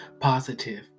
positive